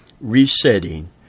resetting